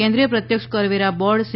કેન્દ્રીય પ્રત્યક્ષ કરવેરા બોર્ડ સી